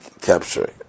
capturing